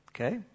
Okay